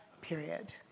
period